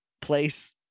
place